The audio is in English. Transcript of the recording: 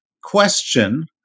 question